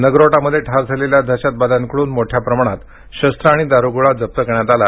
नगरोटामध्ये ठार झालेल्या दहशतवाद्यांकडून मोठ्या प्रमाणात शस्त्रे आणि दारूगोळा जप्त करण्यात आला